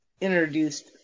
introduced